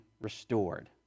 restored